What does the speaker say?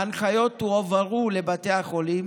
ההנחיות הועברו לבתי החולים